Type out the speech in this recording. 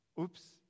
Oops